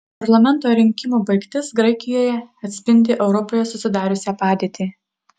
parlamento rinkimų baigtis graikijoje atspindi europoje susidariusią padėtį